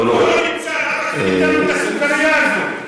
למה תיתן לו את הסוכרייה הזאת?